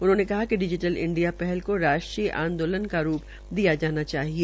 उन्होंने कहा कि डिजीटल् इंडिया हल को राष्ट्रीय आंदोलन के रू दिया जाना चाहिए